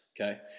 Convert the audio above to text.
okay